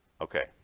Okay